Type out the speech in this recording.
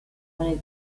many